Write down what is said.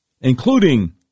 including